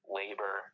labor